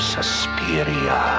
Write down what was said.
Suspiria